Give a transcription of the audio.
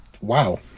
wow